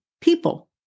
people